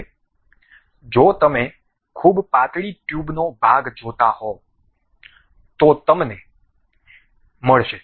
હવે જો તમે ખૂબ પાતળી ટ્યુબનો ભાગ જોતા હોવ તો તમને મળશે